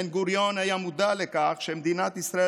בן-גוריון היה מודע לכך שמדינת ישראל